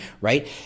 right